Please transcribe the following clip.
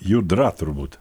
judra turbūt